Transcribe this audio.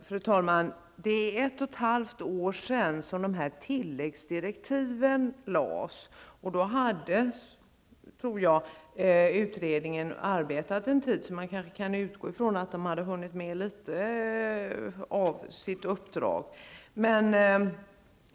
Fru talman! Det är ett och halvt år sedan som tilläggsdirektiven gavs, och då hade utredningen arbetat en tid. Man kan kanske utgå från att utredningen då hade hunnit göra en del av sitt uppdrag.